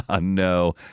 no